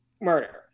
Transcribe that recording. murder